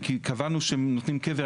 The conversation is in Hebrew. וקבענו שנותנים קבר,